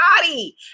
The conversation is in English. body